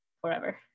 forever